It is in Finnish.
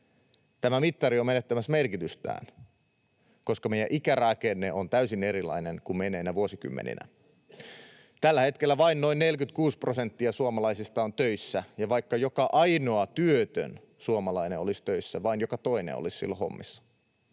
tämä mittari on menettämässä merkitystään, koska meillä ikärakenne on täysin erilainen kuin menneinä vuosikymmeninä. Tällä hetkellä vain noin 46 prosenttia suomalaisista on töissä, ja vaikka joka ainoa työtön suomalainen olisi töissä, vain joka toinen olisi silloin hommissa